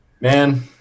man